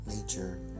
nature